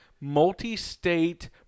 multi-state